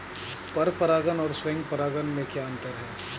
पर परागण और स्वयं परागण में क्या अंतर है?